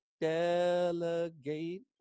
Delegate